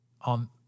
on